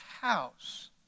house